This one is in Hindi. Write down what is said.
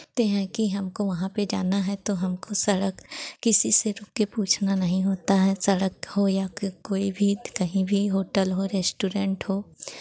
ते हैं कि हमको वहाँ पे जाना है तो हमको सड़क किसी से रुक के पूछना नहीं होता है सड़क हो या कोई भी तो कहीं भी होटल हो रेस्टोरेन्ट हो